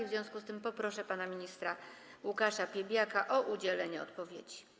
W związku z tym proszę pana ministra Łukasza Piebiaka o udzielenie odpowiedzi.